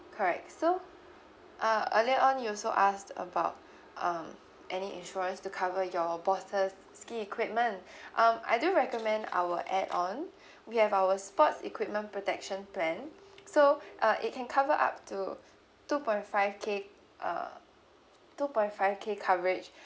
correct so uh earlier on you also asked about um any insurance to cover your boss's ski equipment um I do recommend our add on we have our sports equipment protection plan so uh it can cover up to two point five K uh two point five K coverage